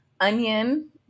onion